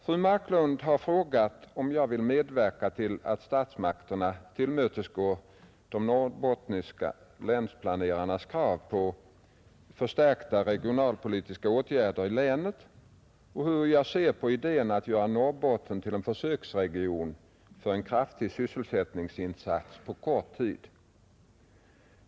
Fru Marklund har frågat mig om jag vill medverka till att statsmakterna tillmötesgår de norrbottniska länsplanerarnas krav på förstärkta regionalpolitiska åtgärder i länet och hur jag ser på idén att göra Norrbotten till en försöksregion för en kraftig sysselsättningsinsats på kort tid.